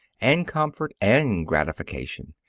and comfort and gratification.